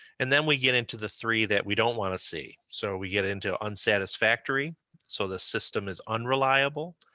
and then we get into the three that we don't wanna see. so we get into unsatisfactory, so the system is unreliable,